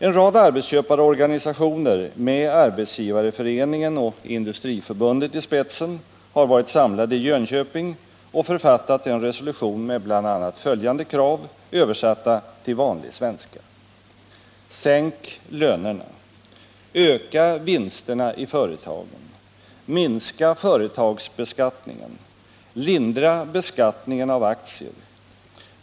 En rad arbetsköparorganisationer med Arbetsgivareföreningen och Industriförbundet i spetsen har varit samlade i Jönköping och författat en resolution med bl.a. följande krav — översatta till vanlig svenska: Sänk lönerna. Öka vinsterna i företagen. Minska företagsbeskattningen. Lindra beskattningen av aktier.